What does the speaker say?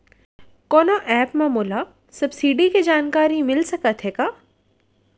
कोनो एप मा मोला सब्सिडी के जानकारी मिलिस सकत हे का?